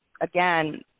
again